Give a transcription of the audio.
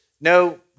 no